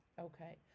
Okay